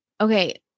Okay